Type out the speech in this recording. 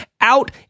out